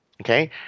Okay